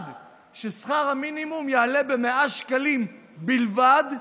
שכר המינימום יעלה ב-100 שקלים בלבד,